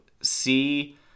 see